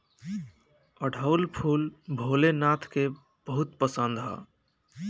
अढ़ऊल फूल भोले नाथ के बहुत पसंद ह